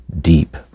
deep